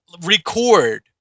record